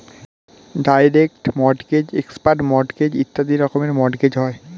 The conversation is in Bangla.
ডাইরেক্ট মর্টগেজ, এক্সপার্ট মর্টগেজ ইত্যাদি রকমের মর্টগেজ হয়